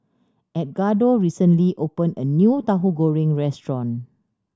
Edgardo recently opened a new Tahu Goreng restaurant